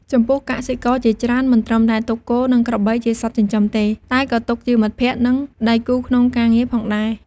ចំពោះកសិករជាច្រើនមិនត្រឹមតែទុកគោ និងក្របីជាសត្វចិញ្ចឹមទេ តែក៏ទុកជាមិត្តភក្ដិ និងដៃគូក្នុងការងារផងដែរ។